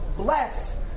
bless